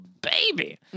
baby